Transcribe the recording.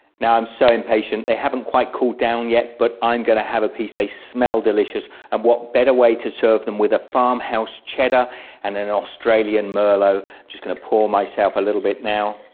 now i'm so impatient they haven't quite cooled down yet but i'm going to have a piece they smell delicious and what better way to serve them than with a farmhouse cheddar and an australian merlot i'm just going to pour myself a little bit now